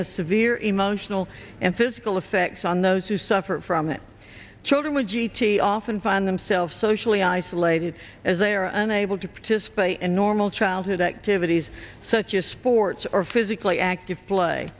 has severe emotional and physical effects on those who suffer from it children with g t often find themselves socially isolated as they are unable to participate in normal childhood activities such as sports or physically active play